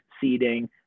seeding